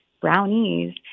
brownies